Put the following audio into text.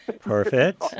Perfect